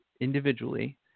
individually